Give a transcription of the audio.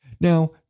Now